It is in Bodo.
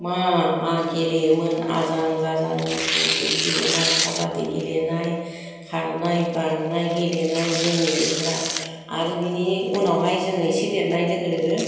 मा मा गेलेयोमोन आजां गाजां गुद गुद गेलेनाय काबाद्दि गेलेनाय खारनाय बारनाय गेलेनाय जोंनि बोथोरा आरो बिनि उनावहाय जोङो इसे देरनाय लोगो लोगो